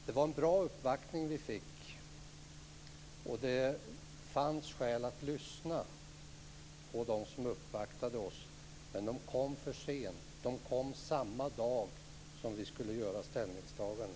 Vi fick en bra uppvaktning, och det fanns skäl att lyssna på dem som besökte oss, men de kom för sent. De kom samma dag som vi skulle göra vårt ställningstagande.